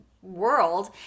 world